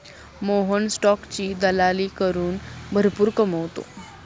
मोहन स्टॉकची दलाली करून भरपूर कमावतो